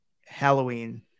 Halloween